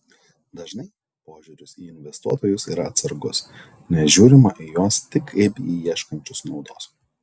dažnai požiūris į investuotojus yra atsargus nes žiūrima į juos tik kaip į ieškančius naudos